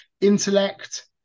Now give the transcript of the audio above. intellect